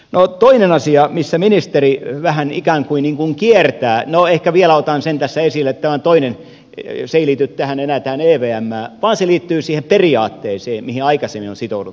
no toinen asia missä ministeri vähän ikään kuin kiertää no ehkä vielä otan sen tässä esille tämä on toinen ei liity enää tähän evmään vaan se liittyy siihen periaatteeseen mihin aikaisemmin on sitouduttu